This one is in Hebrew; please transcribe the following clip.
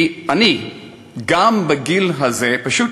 כי אני, גם בגיל הזה, פשוט